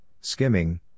skimming